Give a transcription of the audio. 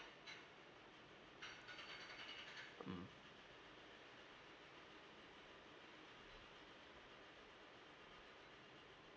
mm